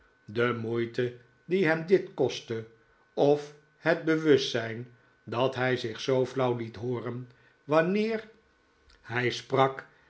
de moeite die hem dit kostte of het bewustzijn dat hij zich zoo flauw liet hooren wanneer hij sprak